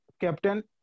Captain